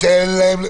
ניתן להם.